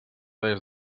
des